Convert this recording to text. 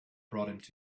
brought